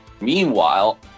Meanwhile